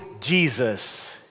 Jesus